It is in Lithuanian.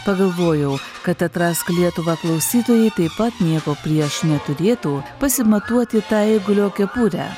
pagalvojau kad atrask lietuvą klausytojai taip pat nieko prieš neturėtų pasimatuoti tą eigulio kepurę